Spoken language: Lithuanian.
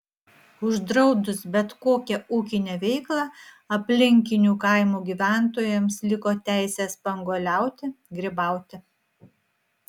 uždraudus bet kokią ūkinę veiklą aplinkinių kaimų gyventojams liko teisė spanguoliauti grybauti